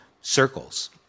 circles